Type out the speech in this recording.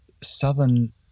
southern